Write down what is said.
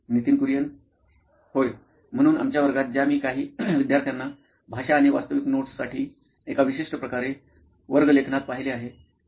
Nitin Kurian COO nine electronics होय म्हणून आमच्या वर्गात ज्या मी काही विद्यार्थ्यांना भाषा आणि वास्तविक नोट्स साठी एका विशिष्ट प्रकारे वर्ग लेखनात पाहिले आहे